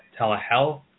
telehealth